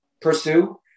pursue